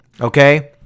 Okay